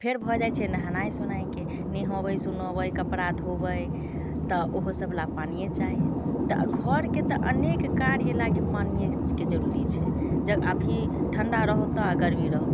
फेर भऽ जाइ छै नहेनाइ सोनाइके नऽहोबै सोनोबै कपड़ा धोबै तऽ ओहो सभ लऽ पानिये चाही तऽ घरके तऽ अनेक कार्य लागि पानियेके जरूरी छै जब अभी ठण्डा रहौ तऽ गर्मी रहौ तऽ